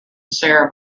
sarah